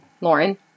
Lauren